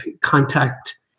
contact